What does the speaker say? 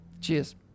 Cheers